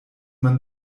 man